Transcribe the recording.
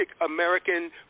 American